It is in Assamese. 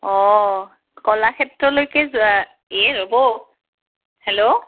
অঁ কলাক্ষেত্ৰলৈকে যোৱা এই ৰ'ব হেল্ল'